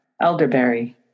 Elderberry